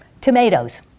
Tomatoes